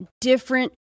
different